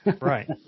Right